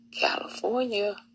California